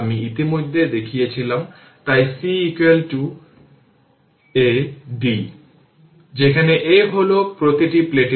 সুতরাং স্লোপটি 10 দিয়ে ভাগ করে মাইক্রোসেকেন্ড 2 মাইক্রোসেকেন্ড মানে 210 থেকে পাওয়ার 6 পুরো পাওয়ার সেকেন্ড